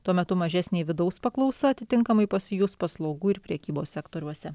tuo metu mažesnė vidaus paklausa atitinkamai pasijus paslaugų ir prekybos sektoriuose